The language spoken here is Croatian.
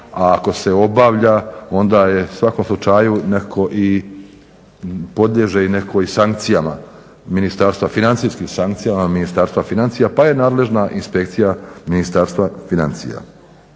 ako se obavlja onda je u svakom slučaju netko i, podliježe netko i sankcijama ministarstva financijskim sankcijama Ministarstva financija pa je nadležna inspekcija Ministarstva financija.